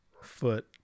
foot